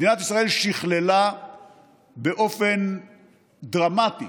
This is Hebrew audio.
מדינת ישראל שכללה באופן דרמטי